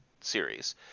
series